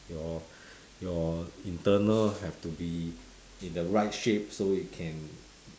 your your internal have to be in the right shape so it can